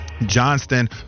Johnston